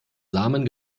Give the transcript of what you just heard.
samen